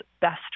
best